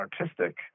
artistic